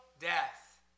death